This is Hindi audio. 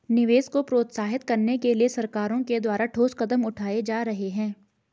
निवेश को प्रोत्साहित करने के लिए सरकारों के द्वारा ठोस कदम उठाए जा रहे हैं